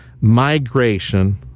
migration